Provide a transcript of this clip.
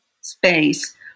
space